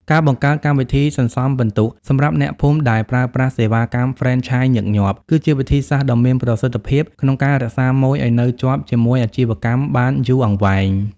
ការបង្កើត "កម្មវិធីសន្សំពិន្ទុ" សម្រាប់អ្នកភូមិដែលប្រើប្រាស់សេវាកម្មហ្វ្រេនឆាយញឹកញាប់ គឺជាវិធីសាស្ត្រដ៏មានប្រសិទ្ធភាពក្នុងការរក្សាម៉ូយឱ្យនៅជាប់ជាមួយអាជីវកម្មបានយូរអង្វែង។